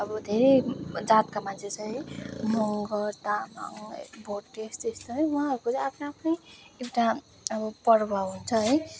अब धेरै जातका मान्छे छ है मँगर तामाङ भोटे यस्तो यस्तो है उहाँहरूको आफ्नै आफ्नै एउटा अब पर्व हुन्छ है